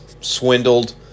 swindled